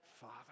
father